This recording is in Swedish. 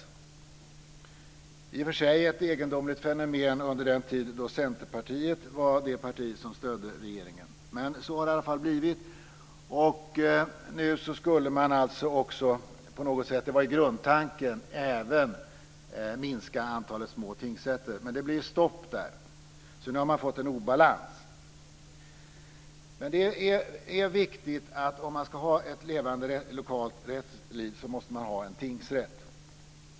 Det är i och för sig ett egendomligt fenomen under den tid då Centerpartiet var det parti som stödde regeringen. Men så har det i alla fall blivit. Och grundtanken var nu att man på något sätt även skulle minska antalet små tingsrätter. Men det blev ju stopp där. Så nu har man fått en obalans. Om man ska ha ett levande lokalt rättsliv så måste man ha en tingsrätt.